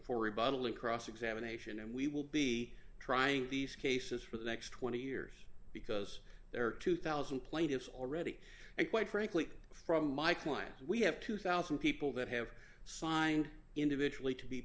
for a bottle of cross examination and we will be trying these cases for the next twenty years because there are two thousand plaintiffs already and quite frankly from my clients we have two thousand people that have signed individually to be